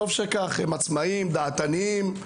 הם עצמאיים ודעתניים,